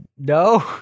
no